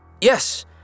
Yes